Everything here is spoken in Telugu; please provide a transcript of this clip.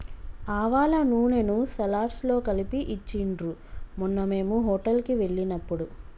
ఆవాల నూనెను సలాడ్స్ లో కలిపి ఇచ్చిండ్రు మొన్న మేము హోటల్ కి వెళ్ళినప్పుడు